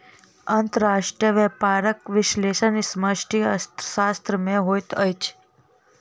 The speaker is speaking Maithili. अंतर्राष्ट्रीय व्यापारक विश्लेषण समष्टि अर्थशास्त्र में होइत अछि